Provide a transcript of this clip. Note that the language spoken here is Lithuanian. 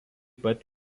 pat